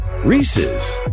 Reese's